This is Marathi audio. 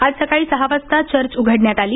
आज सकाळी सहा वाजता चर्च उघडण्यात आली